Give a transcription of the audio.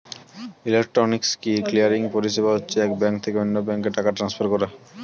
electronic clearing পরিষেবা হচ্ছে এক ব্যাঙ্ক থেকে অন্য ব্যাঙ্কে টাকা ট্রান্সফার করা